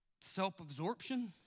self-absorption